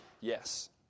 yes